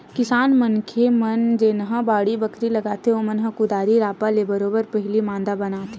किसान मनखे मन जेनहा बाड़ी बखरी लगाथे ओमन ह कुदारी रापा ले बरोबर पहिली मांदा बनाथे